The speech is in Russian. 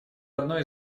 одной